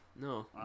no